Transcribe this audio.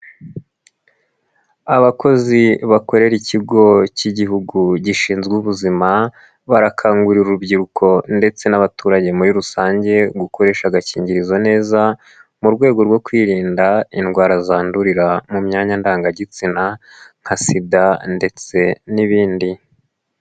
Abakozi bakorera ikigo cy'igihugu gishinzwe ubuzima, barakangurira urubyiruko ndetse n'abaturage muri rusange gukoresha agakingirizo neza, mu rwego rwo kwirinda indwara zandurira mu myanya ndangagitsina nka SIDA ndetse n'ibindi.